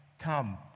come